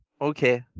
Okay